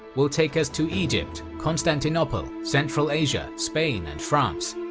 will take us to egypt, constantinople, central asia, spain, and france,